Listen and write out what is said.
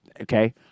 Okay